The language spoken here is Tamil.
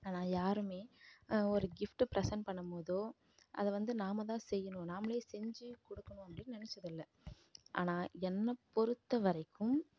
ஆனால் யாருமே ஒரு கிஃப்ட் பிரசெண்ட் பண்ணும் போதோ அதை வந்து நாம் தான் செய்யணும் நாமளே செஞ்சு கொடுக்கணும் அப்படின்னு நினைச்சது இல்லை ஆனால் என்னை பொறுத்தவரைக்கும்